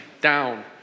down